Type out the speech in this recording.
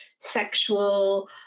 sexual